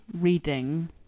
reading